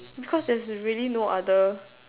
because there's really no other